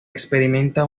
experimenta